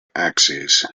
axes